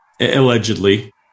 allegedly